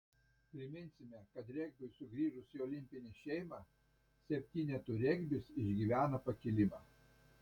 priminsime kad regbiui sugrįžus į olimpinę šeimą septynetų regbis išgyvena pakilimą